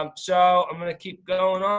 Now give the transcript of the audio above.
um so i'm gonna keep going on.